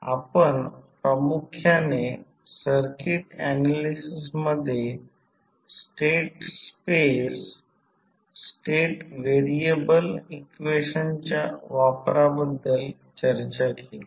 आपण प्रामुख्याने circuit analysis मध्ये स्टेट स्पेस स्टेट व्हेरिएबल इक्वेशनच्या वापराबद्दल चर्चा केली